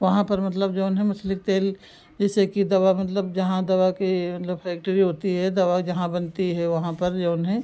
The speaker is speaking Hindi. वहाँ पर मतलब जऊन है मछली के तेल जैसे कि दवा मतलब जहाँ दवा के मतलब फैक्ट्री होती है दवा जहाँ बनती है वहाँ पर जऊन है